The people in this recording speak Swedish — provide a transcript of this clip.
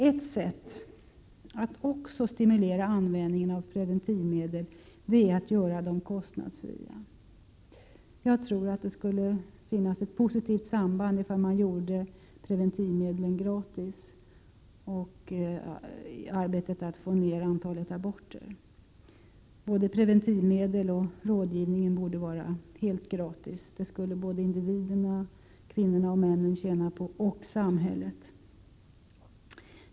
Ett sätt att stimulera användningen av preventivmedel är att göra dem kostnadsfria. Jag tror att det skulle finnas ett positivt samband mellan att göra preventivmedlen gratis och arbetet med att få ner antalet aborter. Preventivmedel och rådgivning borde vara gratis. Det skulle både individerna, kvinnorna och männen, och samhället tjäna på.